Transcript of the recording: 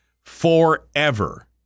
forever